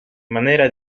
manera